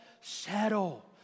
settle